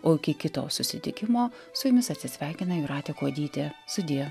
o iki kito susitikimo su jumis atsisveikina jūratė kuodytė sudie